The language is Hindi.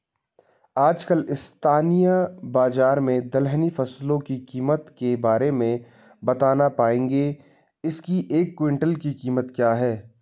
आजकल स्थानीय बाज़ार में दलहनी फसलों की कीमत के बारे में बताना पाएंगे इसकी एक कुन्तल की कीमत क्या है?